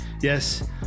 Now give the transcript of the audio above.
Yes